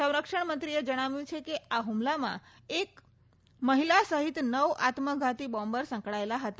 સંરક્ષણ મંત્રીએ જણાવ્યું છે કે આ હુમલામાં એક મહિલા સહિત નવ આત્મઘાતી બોમ્બર સંકળાયેલા હતા